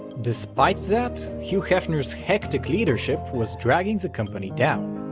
despite that, hugh hefner's hectic leadership was dragging the company down.